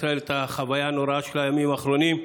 ישראל את החוויה הנוראה של הימים האחרונים,